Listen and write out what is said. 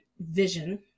vision